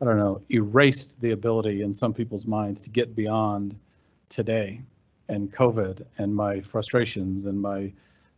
i don't know erased the ability in some people's minds to get beyond today and covid and my frustrations and my